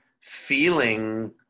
feeling